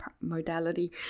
modality